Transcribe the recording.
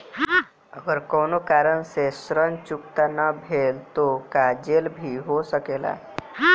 अगर कौनो कारण से ऋण चुकता न भेल तो का जेल भी हो सकेला?